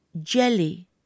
jelly